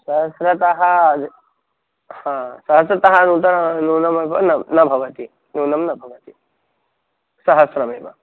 सहस्रतः अधः हा सहस्रतः नूतना नूनम न न भवति न्यूनं न भवति सहस्रमेव